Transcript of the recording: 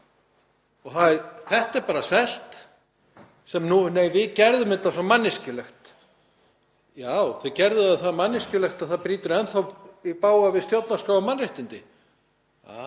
Þetta er bara selt svona: Við gerðum þetta svo manneskjulegt. Já, þau gerðu það það manneskjulegt að það brýtur enn þá í bága við stjórnarskrá og mannréttindi. Þau